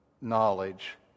knowledge